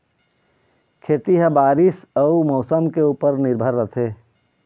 खेती ह बारीस अऊ मौसम के ऊपर निर्भर रथे